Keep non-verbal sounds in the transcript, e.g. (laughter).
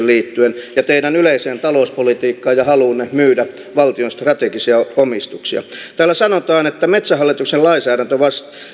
(unintelligible) liittyen metsähallitukseen ja teidän yleiseen talouspolitiikkaanne ja haluunne myydä valtion strategisia omistuksia täällä sanotaan että metsähallituksen lainsäädäntö